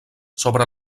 sobre